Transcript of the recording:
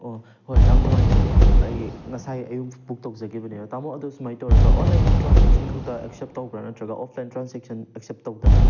ꯑꯣ ꯍꯣꯏ ꯌꯥꯝ ꯅꯨꯡꯉꯥꯏꯖꯔꯦ ꯑꯩ ꯉꯁꯥꯏ ꯑꯌꯨꯛ ꯕꯨꯛ ꯇꯧꯖꯈꯤꯕꯅꯦ ꯇꯥꯃꯣ ꯑꯗꯨ ꯁꯨꯃꯥꯏꯅ ꯇꯧꯔꯒ ꯑꯣꯟꯂꯥꯏꯟ ꯇ꯭ꯔꯥꯟꯁꯦꯛꯁꯟ ꯈꯛꯇ ꯑꯦꯛꯁꯦꯞ ꯇꯧꯕ꯭ꯔꯥ ꯅꯠꯇ꯭ꯔꯒ ꯑꯣꯐꯂꯥꯏꯟ ꯇꯔꯥꯟꯁꯦꯟꯁꯟ ꯑꯦꯛꯁꯦꯞ ꯇꯧꯗꯕ꯭ꯔꯥ